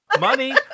Money